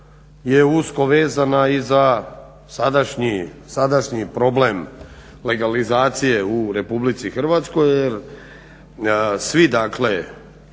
je usko vezana i za sadašnji problem legalizacije u Republici Hrvatskoj jer svi dakle,